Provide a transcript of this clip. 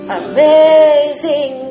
amazing